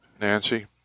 Nancy